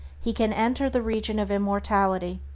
he can enter the region of immortality.